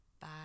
Bye